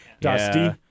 Dusty